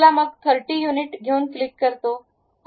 चला मग thirty unit घेऊन क्लिक करतो